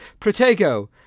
Protego